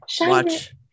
watch